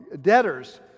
debtors